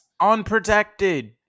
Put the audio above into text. Unprotected